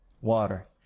water